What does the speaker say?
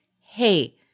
hey